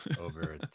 over